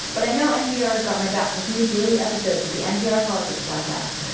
but i know npr has got my back with new daily episodes of the npr politics podcast.